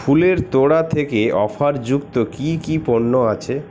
ফুলের তোড়া থেকে অফার যুক্ত কি কি পণ্য আছে